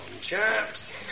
chaps